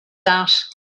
that